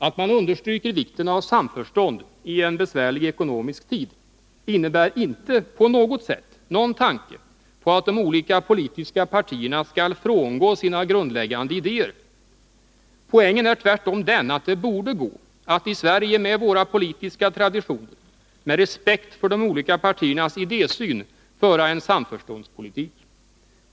Att man understryker vikten av samförstånd i en besvärlig ekonomisk tid innebär inte på något sätt någon tanke på att de olika politiska partierna skall frångå sina grundläggande idéer. Poängen är tvärtom den att det borde gå att i Sverige med våra politiska traditioner, med respekt för de olika partiernas idésyn föra en samförståndspolitik.